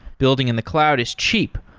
building in the cloud is cheap,